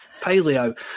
paleo